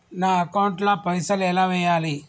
నా అకౌంట్ ల పైసల్ ఎలా వేయాలి?